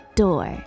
door